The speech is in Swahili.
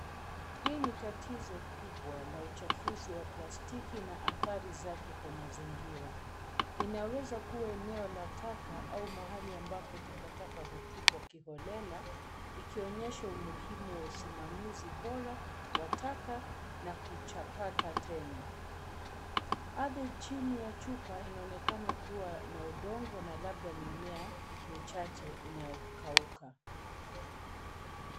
Hii ni tatizo kubwa la uchafuzi wa plastiki na athari zake kwa mazingira. Inaweza kuwa eneo la taka au mahali ambapo takataka hutupwa kiholela, ikionyesha umuhimu wa usimamizi bora wa taka na kuchakata tena. Ardhi chini ya chupa inaonekana kuwa na udongo na labda mimea michache inayokauka.